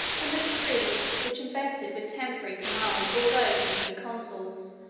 and the decree, which invested with temporary command all those who had been consuls,